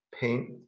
paint